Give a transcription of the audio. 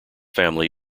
family